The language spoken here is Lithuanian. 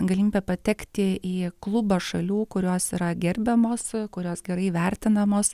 galimybę patekti į klubą šalių kurios yra gerbiamos kurios gerai vertinamos